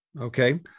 Okay